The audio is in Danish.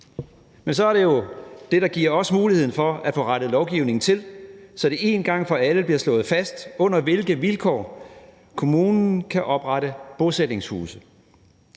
Men så er det jo det, der giver os muligheden for at få rettet lovgivningen til, så det en gang for alle bliver slået fast, under hvilke vilkår kommunen kan oprette bosætningshuse.